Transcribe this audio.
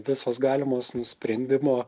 visos galimos nu sprendimo